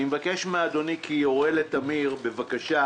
אני מבקש מאדוני שיורה בבקשה לטמיר,